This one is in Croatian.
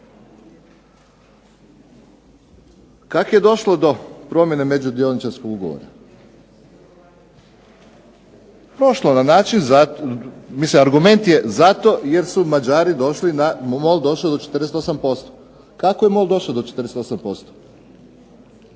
Kak je došlo do promjene među dioničarskog ugovora? Došlo na način, mislim argument je zato jer su Mađari došli na, MOL došao do 48%. Kako je MOL došao do 48%?